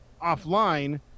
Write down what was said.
offline